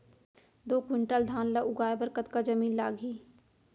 दो क्विंटल धान ला उगाए बर कतका जमीन लागही?